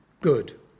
good